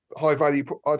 high-value